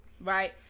Right